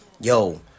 Yo